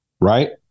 right